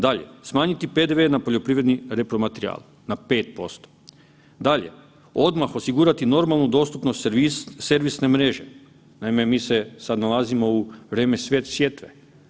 Dalje, smanjiti PDV na poljoprivredni repromaterijal na 5%, dalje, odmah osigurati normalnu dostupnost servisne mreže, naime mi se sada nalazimo u vrijeme sjetve.